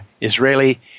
Israeli